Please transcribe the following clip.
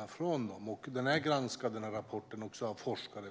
Rapporten är också granskad av forskare